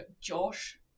Josh